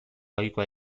ohikoa